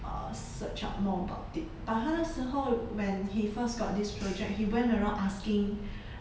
uh search out more about it but 他那时候 when he first got this project he went around asking